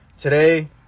today